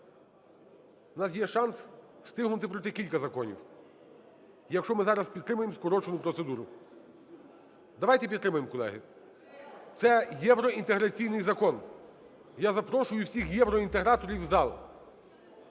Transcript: у нас є шанс встигнути пройти кілька законів, якщо ми зараз підтримаємо скорочену процедуру. Давайте підтримаємо, колеги. Це євроінтеграційний закон, я запрошую всіхєвроінтеграторів у зал,